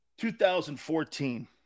2014